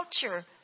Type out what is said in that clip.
culture